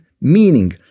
meaning